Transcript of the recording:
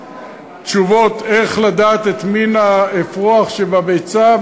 תשובות איך לדעת את מין האפרוח שבביצה,